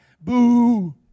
boo